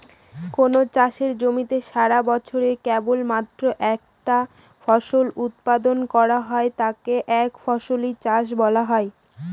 কোনো চাষের জমিতে সারাবছরে কেবলমাত্র একটা ফসলের উৎপাদন করা হলে তাকে একফসলি চাষ বলা হয়